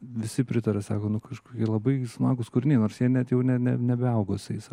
visi pritaria sako nu kažkaip labai smagūs kūriniai nors jie net jau ne nebeaugo su jais